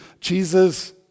Jesus